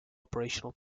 operational